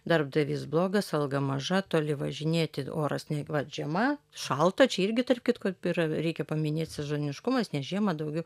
darbdavys blogas alga maža toli važinėti oras nei vat žiema šalta čia irgi tarp kitko yra reikia paminėt sezoniškumas nes žiemą daugiau